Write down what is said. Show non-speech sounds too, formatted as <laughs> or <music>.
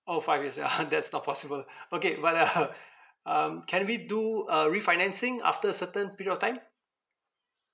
orh five years ya <laughs> that's not possible okay but uh <laughs> um can we do uh refinancing after a certain period of time